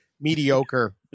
mediocre